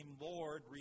Lord